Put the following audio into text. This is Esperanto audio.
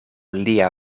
lia